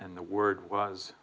and the word was